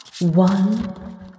One